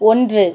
ஒன்று